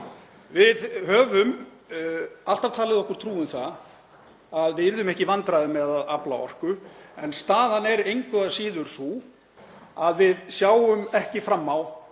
Við höfum alltaf talið okkur trú um það að við yrðum ekki í vandræðum með að afla orku en staðan er engu að síður sú að við sjáum ekki fram á